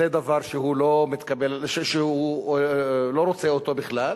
זה דבר שהוא לא רוצה אותו בכלל.